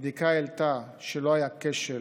הבדיקה העלתה שלא היה כשל